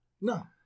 No